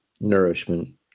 nourishment